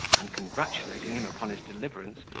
and congratulating him upon his deliverance,